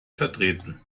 vertreten